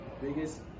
Biggest